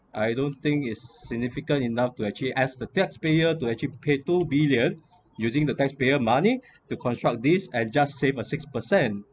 I don't think is significant enough to actually asked the taxpayer to actually pay two billion using the taxpayer money to construct this adjust save of six percent